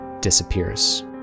disappears